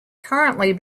currently